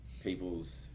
people's